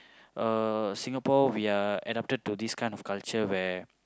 uh Singapore we are adapted to this kind of culture where